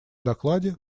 докладе